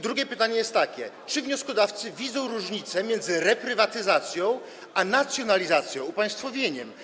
Drugie pytanie jest takie: Czy wnioskodawcy widzą różnicę między reprywatyzacją a nacjonalizacją, upaństwowieniem?